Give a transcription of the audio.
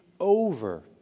Over